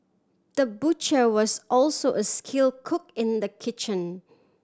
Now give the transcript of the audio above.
the butcher was also a skill cook in the kitchen